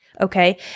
Okay